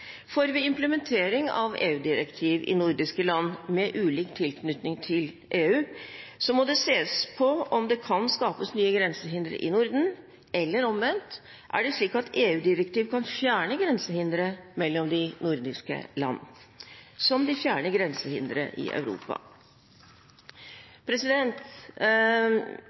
For ved implementering av EU-direktiv i nordiske land med ulik tilknytning til EU må det ses på om det kan skapes nye grensehindre i Norden – eller omvendt: Er det slik at EU-direktiv kan fjerne grensehindre mellom de nordiske land, slik de fjerner grensehindre i Europa?